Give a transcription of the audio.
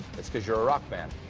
it's cause you're a rock band.